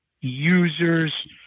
users